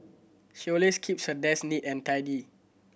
she always keeps her desk neat and tidy